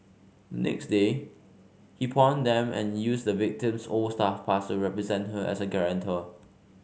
next day he pawned them and used the victim's old staff pass a represent her as a guarantor